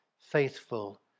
faithful